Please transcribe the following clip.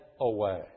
away